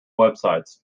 websites